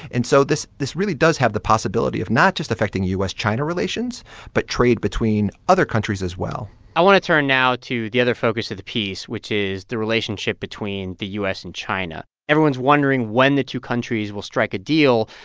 and so this this really does have the possibility of not just affecting u s china relations but trade between other countries as well i want to turn now to the other focus of the piece, which is the relationship between the u s. and china. everyone's wondering when the two countries will strike a deal,